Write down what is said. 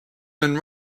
been